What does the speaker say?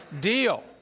deal